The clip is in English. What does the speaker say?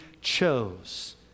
chose